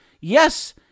Yes